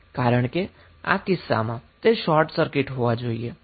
કારણ કે આ કિસ્સામાં તે શોર્ટ સર્કિટ હોવા જોઈએ